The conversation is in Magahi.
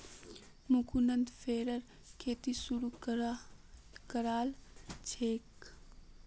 मुकुन्द फरेर खेती शुरू करल छेक